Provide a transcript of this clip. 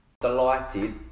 delighted